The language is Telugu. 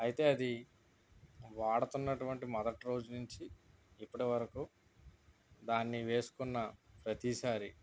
అయితే అది వాడుతున్న అటువంటి మొదటి రోజు నుంచి ఇప్పటివరకు దాన్ని వేసుకున్న ప్రతిసారి